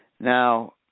now